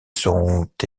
seront